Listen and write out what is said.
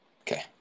Okay